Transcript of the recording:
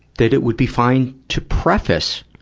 that it would be fine to preface